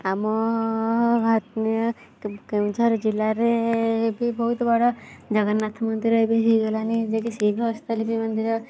ଆମ ଆତ୍ମୀୟ କେଉଁଝର ଜିଲ୍ଲାରେ ବି ବହୁତ ବଡ଼ ଜଗନ୍ନାଥ ମନ୍ଦିର ଏବେ ହେଇଗଲାଣି ଯେ କି ସିଏ ବି ହସ୍ତଲିପି ମନ୍ଦିର